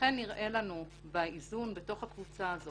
לכן נראה לנו באיזון בתוך הקבוצה הזאת,